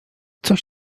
coś